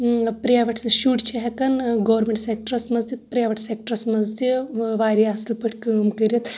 private تہِ شُرۍ چُھ ہٮ۪کان گورمنٹ سٮ۪کٹرس منٛز تہِ پریویٹ سٮ۪کٹرس منٛز تہِ واریاہ اَصل پأٹھۍ کأم کٔرِتھ